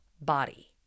body